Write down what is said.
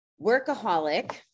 workaholic